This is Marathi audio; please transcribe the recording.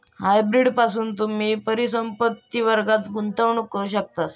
हायब्रीड पासून तुम्ही परिसंपत्ति वर्गात गुंतवणूक करू शकतास